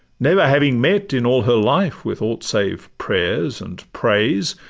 never having met in all her life with aught save prayers and praise